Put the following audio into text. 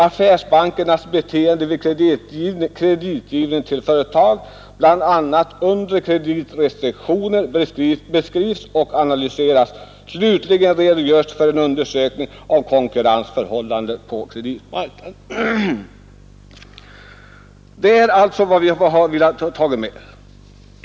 Affärsbankernas beteende vid kreditgivning till företag, bl.a. under kreditrestriktioner, beskrivs och analyseras. Slutligen redogörs för en undersökning av konkurrensförhållandena på kreditmarknaden.” Det är alltså vad vi har velat nämna.